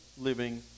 living